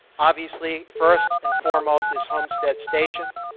obviously, first and foremost is homestead station,